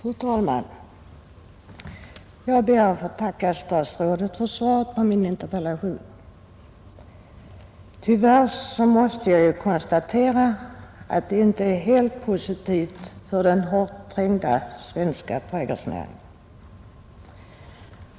Fru talman! Jag ber att få tacka herr statsrådet för svaret på min interpellation. Tyvärr måste jag konstatera att det inte är helt positivt för den hårt trängda svenska trädgårdsnäringen.